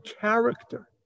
character